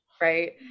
right